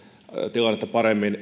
tilannetta paremmin